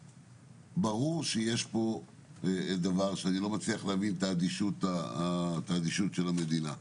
ברור שיש פה דבר שאי-אפשר להבין את אדישות המדינה אליו.